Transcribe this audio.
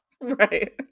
right